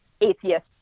atheist